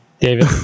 david